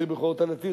יתיר בכורות יתיר",